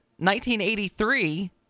1983